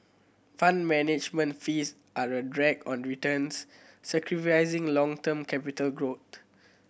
Fund Management fees are a drag on returns sacrificing long term capital growth